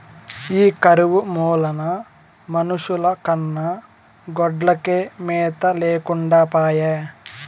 ఈ కరువు మూలాన మనుషుల కన్నా గొడ్లకే మేత లేకుండా పాయె